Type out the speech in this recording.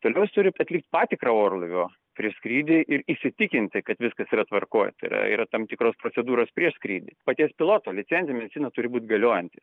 toliau jis turi atlikt patikrą orlaivio prieš skrydį ir įsitikinti kad viskas yra tvarkoj tai yra yra tam tikros procedūros prieš skrydį paties piloto licencija medicina turi būt galiojanti